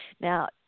Now